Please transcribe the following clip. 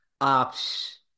ops